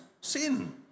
Sin